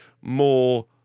more